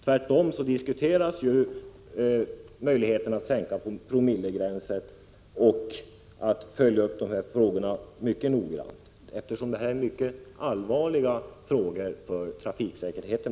Tvärtom diskuteras möjligheterna att sänka promillegränsen och följa upp frågorna mycket noggrant. Detta är mycket allvarliga frågor för bl.a. trafiksäkerheten.